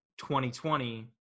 2020 –